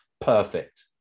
Perfect